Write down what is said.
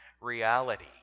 reality